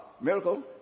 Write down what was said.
miracle